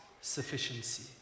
sufficiency